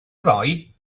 ddoe